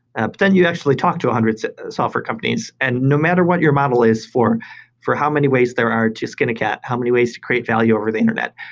ah but then you actually talk to a hundred software companies and no matter what your model is for for how many ways there are, just going to get how many ways to create value over the internet.